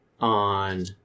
on